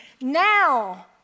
Now